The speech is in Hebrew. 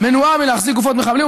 מנועה מלהחזיק גופות מחבלים.